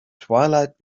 twilight